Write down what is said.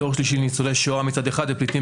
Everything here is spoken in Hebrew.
דור שלישי לניצולי שואה מצד אחד ופליטים